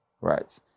right